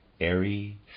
airy